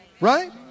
Right